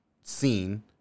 scene